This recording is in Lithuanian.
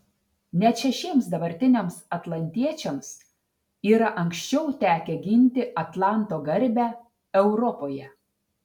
net šešiems dabartiniams atlantiečiams yra anksčiau tekę ginti atlanto garbę europoje